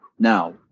Now